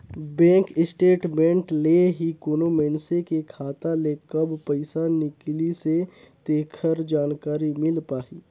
bank statement ले ही कोनो मइनसे के खाता ले कब पइसा निकलिसे तेखर जानकारी मिल पाही